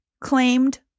claimed